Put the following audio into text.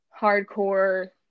hardcore